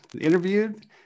interviewed